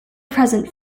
present